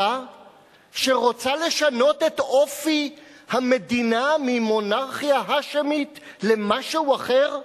שרוצה לשנות את אופי המדינה ממונרכיה האשמית למשהו אחר.